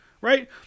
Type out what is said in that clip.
Right